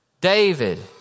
David